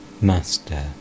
Master